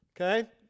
Okay